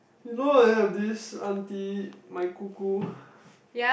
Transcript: you know I have this auntie my gugu